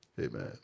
Amen